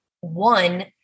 One